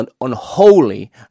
unholy